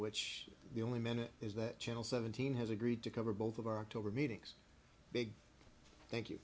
which the only minute is that channel seventeen has agreed to cover both of our october meetings big thank you